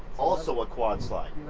also a quad slide.